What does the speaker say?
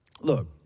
look